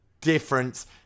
difference